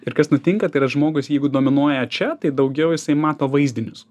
ir kas nutinka tai yra žmogus jeigu dominuoja čia tai daugiau jisai mato vaizdinius